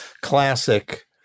classic